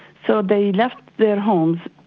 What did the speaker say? so they left their homes,